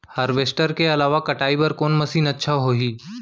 Harvester के अलावा कटाई बर कोन मशीन अच्छा होही?